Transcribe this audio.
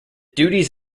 duties